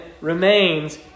remains